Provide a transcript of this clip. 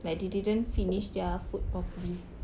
like they didn't finish their food properly